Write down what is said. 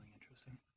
interesting